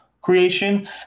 creation